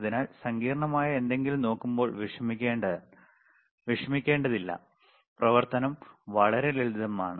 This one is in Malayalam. അതിനാൽ സങ്കീർണ്ണമായ എന്തെങ്കിലും നോക്കുമ്പോൾ വിഷമിക്കേണ്ടതില്ല പ്രവർത്തനം വളരെ ലളിതമാണ്